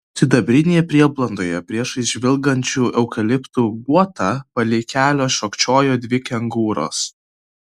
sidabrinėje prieblandoje priešais žvilgančių eukaliptų guotą palei kelią šokčiojo dvi kengūros